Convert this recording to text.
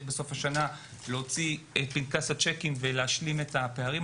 בסוף השנה להוציא את פנקס הצ'קים ולהשלים את הפערים.